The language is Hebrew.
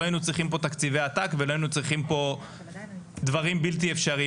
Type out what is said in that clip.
לא היינו צריכים פה תקציבי עתק ולא היינו צריכים פה דברים בלתי אפשריים.